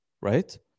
right